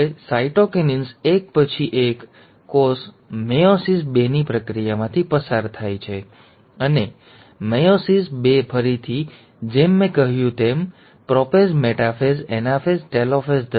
હવે સાઇટોકિન્સિસ એક પછી કોષ પછી મેયોસિસ બેની પ્રક્રિયામાંથી પસાર થાય છે અને મેયોસિસ બે ફરીથી જેમ મેં કહ્યું તેમ પ્રોપેઝ મેટાફેઝ એનાફેઝ અને ટેલોફેઝ ધરાવે છે